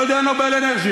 לא יודע על "נובל אנרג'י",